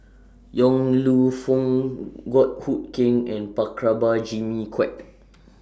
Yong Lew Foong Goh Hood Keng and Jimmy Quek